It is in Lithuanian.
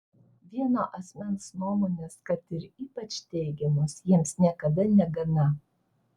vieno asmens nuomonės kad ir ypač teigiamos jiems niekada negana